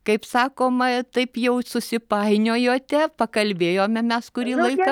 kaip sakoma taip jau susipainiojote pakalbėjome mes kurį laiką